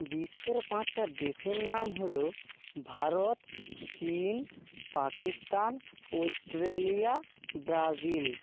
বিশ্বের পাঁচটা দেশের নাম হলো ভারত চীন পাকিস্তান অস্ট্রেলিয়া ব্রাজিল